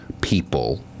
people